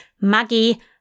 Maggie